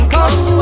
Come